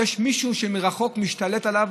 ויש מישהו שמרחוק משתלט עליו